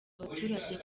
abaturage